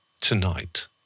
Tonight